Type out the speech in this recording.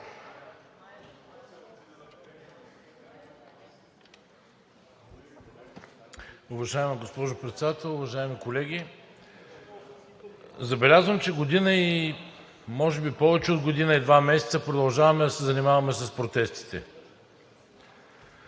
Уважаема госпожо Председател, уважаеми колеги! Забелязвам, че година и може би повече от година и два месеца продължаваме да се занимаваме с протестите.